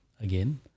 again